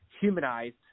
humanized